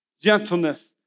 gentleness